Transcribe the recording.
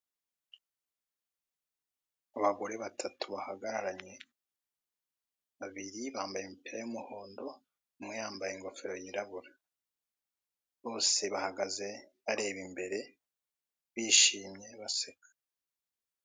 Abagore batatu bahagararanye babiri bambaye imipira y'imuhondo, umwe yambaye ingofero yirabura, bose bahagaze bareba imbere bishimye baseka.